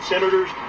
Senators